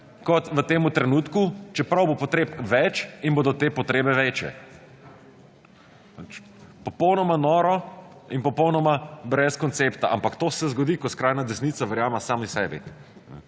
kot v tem trenutku, čeprav bo potreb več in bodo te potrebe večje. Popolnoma noro in popolnoma brez koncepta. Ampak to se zgodi, ko skrajna desnica verjame sama sebi.